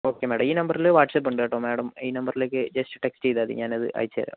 okay madam ഈ നമ്പറിൽ WhatsApp ഉണ്ട് കേട്ടോ മാഡം ഈ നമ്പറിലേക്ക് ജസ്റ്റ് ടെക്സ്റ്റ് ചെയ്താൽ മതി ഞാൻ അത് അയച്ചു തരാം